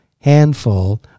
handful